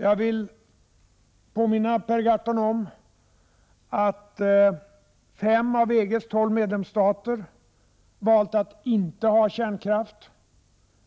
Jag vill påminna Per Gahrton om att fem av EG:s tolv medlemsstater valt att inte ha kärnkraft,